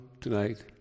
tonight